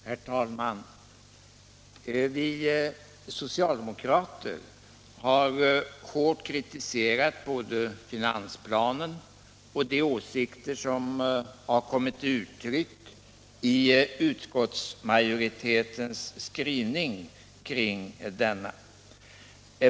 Herr talman! Vi socialdemokrater har hårt kritiserat både finansplanen och de åsikter som kommit till uttryck i utskottsmajoritetens skrivning kring denna.